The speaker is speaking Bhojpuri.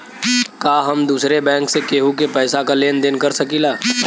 का हम दूसरे बैंक से केहू के पैसा क लेन देन कर सकिला?